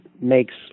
makes